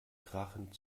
krachend